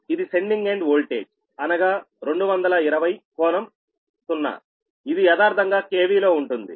ఇది sending end voltage అనగా 220∟0ఇది యదార్ధంగా KV లో ఉంటుంది